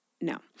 no